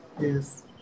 yes